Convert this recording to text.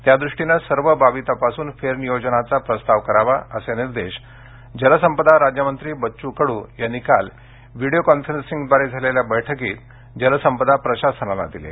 त्यादृष्टीने सर्व बाबी तपासून फेरनियोजनाचा प्रस्ताव करावा असे निर्देश जलसंपदा राज्यमंत्री बच्चूभाऊ कडू यांनी काल व्हिडीओ कॉन्फरन्सद्वारे झालेल्या बैठकीत जलसंपदा प्रशासनाला दिले